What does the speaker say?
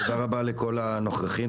תודה רבה לכל הנוכחים,